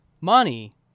Money